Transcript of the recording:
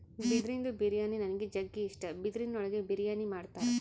ಬಿದಿರಿಂದು ಬಿರಿಯಾನಿ ನನಿಗ್ ಜಗ್ಗಿ ಇಷ್ಟ, ಬಿದಿರಿನ್ ಒಳಗೆ ಬಿರಿಯಾನಿ ಮಾಡ್ತರ